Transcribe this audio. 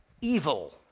evil